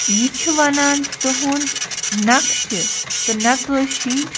یہِ چھُ وَنان تُہنٛد نَقشہٕ تہٕ نقٲشِی